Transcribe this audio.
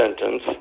sentence